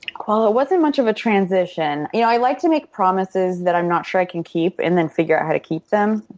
well, it wasn't much of a transition. you know, i like to make promises that i'm not sure i can keep and then figure out how to keep them.